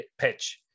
pitch